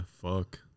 fuck